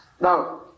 Now